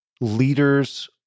leaders